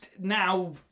Now